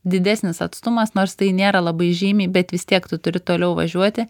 didesnis atstumas nors tai nėra labai žymiai bet vis tiek tu turi toliau važiuoti